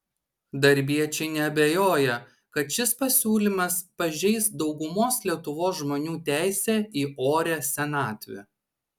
darbiečiai neabejoja kad šis pasiūlymas pažeis daugumos lietuvos žmonių teisę į orią senatvę